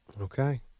Okay